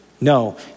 No